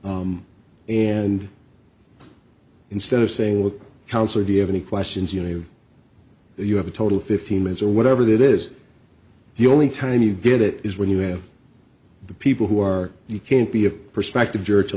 questions and instead of saying look counselor do you have any questions you know you have a total fifteen minutes or whatever that is the only time you get it is when you have the people who are you can't be a prospective juror tell